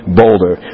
boulder